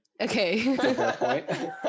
Okay